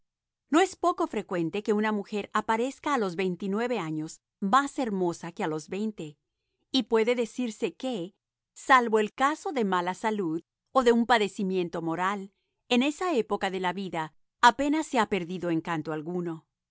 no es poco frecuente que una mujer aparezca a los veintinueve más hermosa que a los veinte y puede decirse que salvo el caso de mala salud o de un padecimiento moral en esa época de la vida apenas se ha perdido encanto alguno